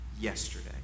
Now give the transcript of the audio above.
yesterday